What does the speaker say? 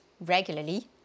regularly